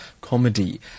comedy